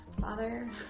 father